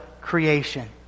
creation